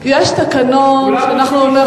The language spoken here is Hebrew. יש תקנון שאנחנו,